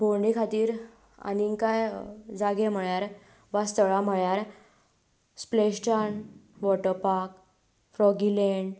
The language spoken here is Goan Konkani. भोंवंडे खातीर आनी कांय जागे म्हणल्यार वा स्थळां म्हणल्यार Splashdown Water Park Froggy land